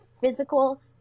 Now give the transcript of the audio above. physical